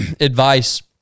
advice